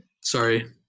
sorry